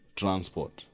transport